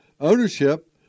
ownership